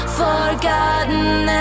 forgotten